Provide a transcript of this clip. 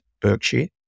Berkshire